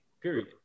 period